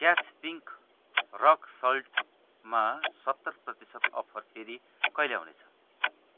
catch pink rock सल्टमा सत्तर प्रतिशत अफर फेरि कहिले आउने छ